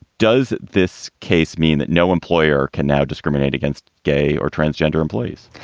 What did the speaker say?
does this case mean that no employer can now discriminate against gay or transgender employees?